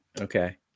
Okay